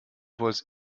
was